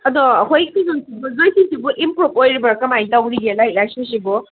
ꯑꯗꯣ ꯑꯩꯈꯣꯏꯒꯤ ꯖꯣꯏꯁꯤꯁꯤꯕꯨ ꯏꯝꯄ꯭ꯔꯨꯞ ꯑꯣꯏꯔꯤꯕ꯭ꯔ ꯀꯃꯥꯏꯅ ꯇꯧꯔꯤꯒꯦ ꯂꯥꯏꯔꯤꯛ ꯂꯥꯏꯁꯨꯁꯤꯕꯣ